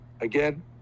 Again